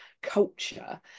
culture